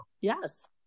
Yes